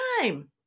time